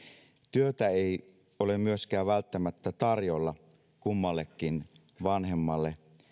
työtä ei myöskään välttämättä ole tarjolla kummallekin vanhemmalle